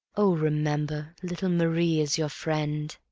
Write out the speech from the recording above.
oh, remember, little marie is your friend,